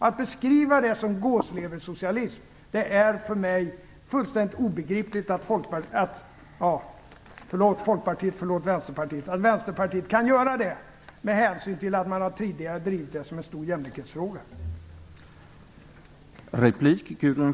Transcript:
Det är obegripligt för mig att Gudrun Schyman kan beskriva det som gåsleversocialism, med hänsyn till att Vänsterpartiet tidigare har drivit den saken som en stor jämlikhetsfråga. Jag höll på att säga Folkpartiet - förlåt, Folkpartiet, och förlåt, Vänsterpartiet!